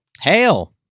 Hail